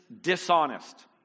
dishonest